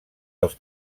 dels